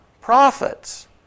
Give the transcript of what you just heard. prophets